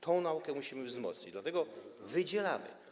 Tę naukę musimy wzmocnić, dlatego to wydzielamy.